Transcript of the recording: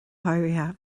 háirithe